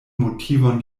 motivon